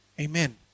Amen